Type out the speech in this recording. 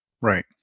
Right